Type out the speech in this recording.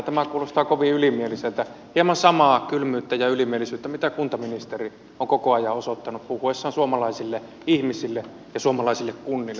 tämä kuulostaa kovin ylimieliseltä hieman samaa kylmyyttä ja ylimielisyyttä mitä kuntaministeri on koko ajan osoittanut puhuessaan suomalaisille ihmisille ja suomalaisille kunnille